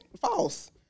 False